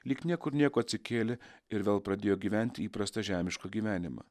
lyg niekur nieko atsikėlė ir vėl pradėjo gyventi įprastą žemišką gyvenimą